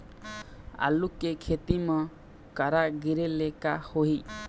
आलू के खेती म करा गिरेले का होही?